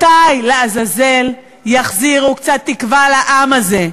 מתי לעזאזל יחזירו קצת תקווה לעם הזה?